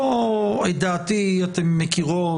פה את דעתי אתן מכירות.